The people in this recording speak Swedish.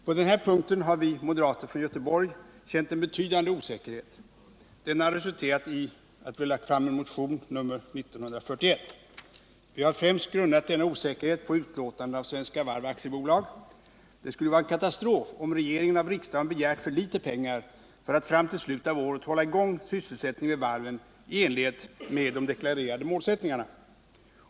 På denna punkt har vi moderater från Göteborg känt en betydande osäkerhet. Denna har resulterat i vår motion nr 1941. Vi har främst grundat denna osäkerhet på utlåtanden av Svenska Varv AB. Det skulle ju vara en katastrof om regeringen av riksdagen begärt för litet pengar för att fram till slutet av året hålla i gång sysselsättningen vid varven i enlighet med de deklarerade målsättningarna.